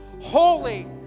holy